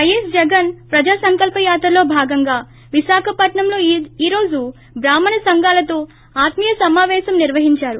పైఎస్ జగన్ ప్రజాసంకల్సయాత్రలో భాగంగా విశాఖపట్నంలో ఈ రోజు బ్రాహ్మణ సంఘాలతో ఆత్మీయ సమాపేశం నిర్వహించారు